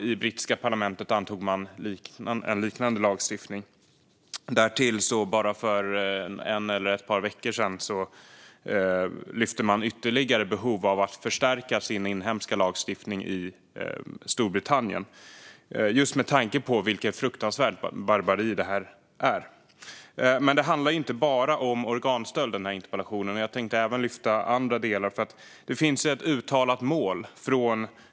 I brittiska parlamentet antog man en liknande lagstiftning, och bara för ett par veckor sedan lyfte man upp behovet av att förstärka den inhemska lagstiftningen i Storbritannien, just med tanke på vilket fruktansvärt barbari detta är. Min interpellation handlar dock om mer än organstöld.